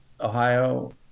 Ohio